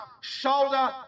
shoulder